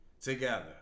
together